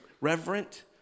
reverent